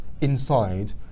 inside